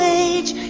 age